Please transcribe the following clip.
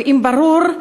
ואם ברור,